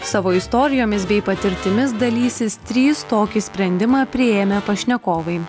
savo istorijomis bei patirtimis dalysis trys tokį sprendimą priėmę pašnekovai